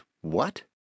what